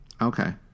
Okay